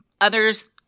others